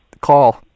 Call